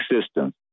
systems